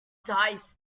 dice